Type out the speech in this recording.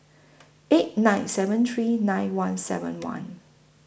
eight nine seven three nine one seven one